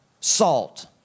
salt